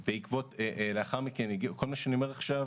--- כל מה שאני אומר עכשיו